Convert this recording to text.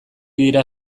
dira